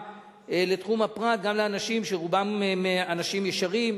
לתחום הפרט גם לאנשים שרובם אנשים ישרים,